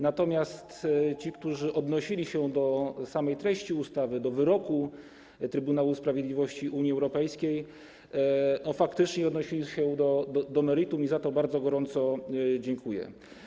Natomiast ci, którzy odnosili się do samej treści ustawy, do wyroku Trybunału Sprawiedliwości Unii Europejskiej, faktycznie odnosili się do meritum i za to bardzo gorąco dziękuję.